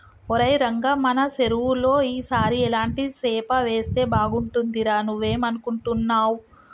ఒరై రంగ మన సెరువులో ఈ సారి ఎలాంటి సేప వేస్తే బాగుంటుందిరా నువ్వేం అనుకుంటున్నావ్